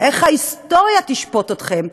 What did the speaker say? איך ההיסטוריה תשפוט אתכם,